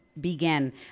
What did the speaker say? began